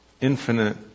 infinite